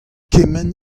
kement